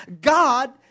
God